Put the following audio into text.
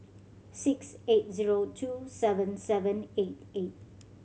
six eight zero two seven seven eight eight